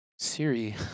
Siri